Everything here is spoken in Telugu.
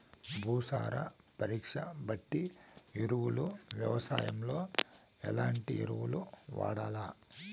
భూసార పరీక్ష బట్టి ఎరువులు వ్యవసాయంలో ఎట్లాంటి ఎరువులు వాడల్ల?